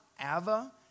Ava